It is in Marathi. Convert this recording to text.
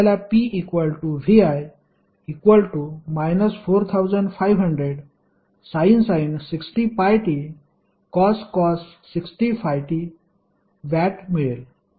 आपल्याला pvi 4500sin 60πt cos 60πt Wमिळेल